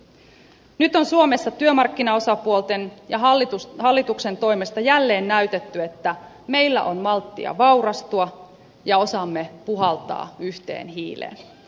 nyt on suomessa työmarkkinaosapuolten ja hallituksen toimesta jälleen näytetty että meillä on malttia vaurastua ja osaamme puhaltaa yhteen hiileen